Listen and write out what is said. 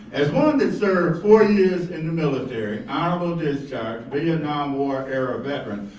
as one that served four years in the military, honorable discharge, vietnam war era veteran.